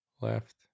Left